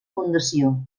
fundació